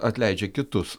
atleidžia kitus